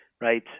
right